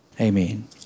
Amen